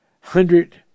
hundred